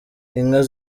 inka